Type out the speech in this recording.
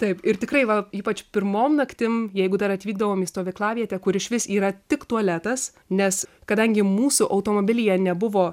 taip ir tikrai va ypač pirmom naktim jeigu dar atvykdavom į stovyklavietę kur išvis yra tik tualetas nes kadangi mūsų automobilyje nebuvo